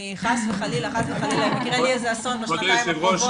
אם חלילה יקרה לי אסון בשנתיים הקרובות,